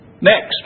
Next